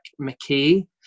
McKay